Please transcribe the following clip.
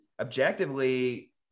objectively